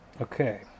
Okay